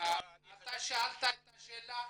שאלת את השאלה,